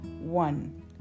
one